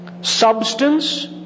substance